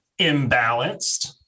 imbalanced